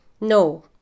No